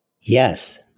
Yes